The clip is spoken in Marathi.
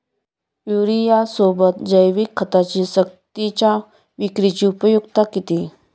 युरियासोबत जैविक खतांची सक्तीच्या विक्रीची उपयुक्तता किती?